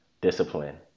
Discipline